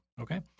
Okay